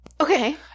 Okay